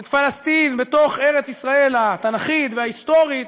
את פלסטין, בתוך ארץ-ישראל התנ"כית וההיסטורית,